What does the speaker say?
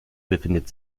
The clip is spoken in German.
befindet